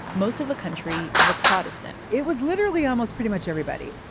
most of the country was protestant it was literally almost pretty much everybody.